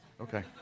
Okay